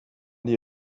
die